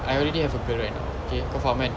I already have a girl right now okay kau faham kan